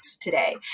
today